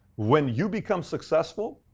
when you become successful,